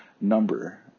number